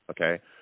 Okay